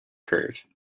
curve